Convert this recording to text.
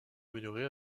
améliorée